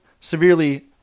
severely